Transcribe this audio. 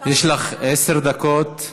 יש לך עשר דקות.